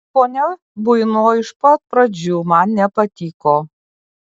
ponia buino iš pat pradžių man nepatiko